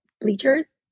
bleachers